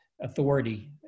authority